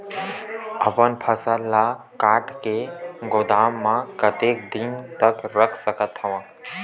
अपन फसल ल काट के गोदाम म कतेक दिन तक रख सकथव?